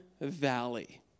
valley